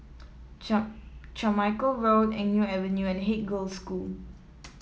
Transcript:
Carmichael Road Eng Neo Avenue and Haig Girls' School